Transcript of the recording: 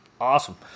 Awesome